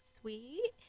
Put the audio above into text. sweet